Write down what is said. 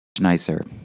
nicer